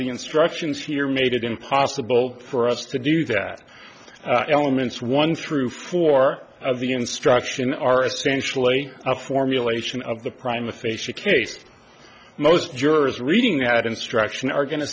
the instructions here made it impossible for us to do that elements one through four of the instruction are essentially a formulation of the prime aphasia case most jurors reading that instruction are going to